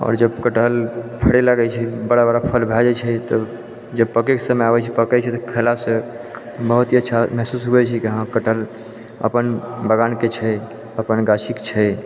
आओर जब कटहल फरै लागै छै बड़ा बड़ा फल भऽ जाइ छै तऽ जब पकैके समय आबै छै पकै छै तऽ खेलासँ बहुत ही अच्छा महसूस होइ छै कि हँ कटहल अपन बगानके छै अपन गाछीके छै